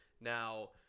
now